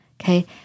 Okay